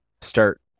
start